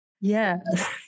Yes